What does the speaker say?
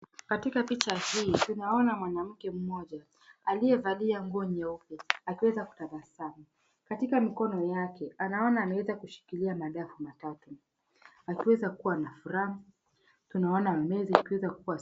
Katika picha hii tunaona mwanamke mmoja aliyevalia nguo nyeupe akiweza kutabasamu. Katika mikono yake anaona ameweza kushika madafu matatu akiweza kuwa na furaha. Tunaona meza ikiweza kuwa...